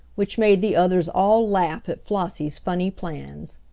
which made the others all laugh at flossie's funny plans.